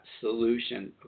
solution